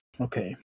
Okay